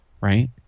right